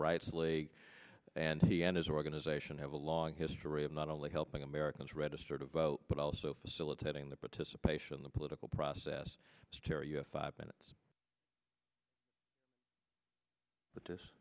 rights league and he and his organization have a long history of not only helping americans register to vote but also facilitating the participation in the political process terry five minutes but this